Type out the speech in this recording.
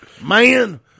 Man